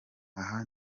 aha